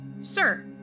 Sir